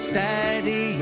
Steady